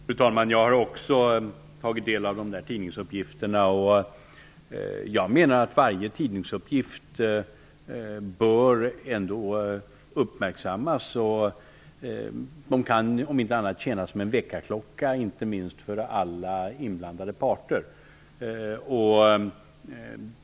Fru talman! Jag har också tagit del av dessa tidningsuppgifter. Jag menar att varje tidningsuppgift bör uppmärksammas. De kan om inte annat tjäna som en väckarklocka, inte minst för alla inblandade parter.